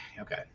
okay